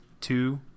two